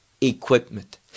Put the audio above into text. equipment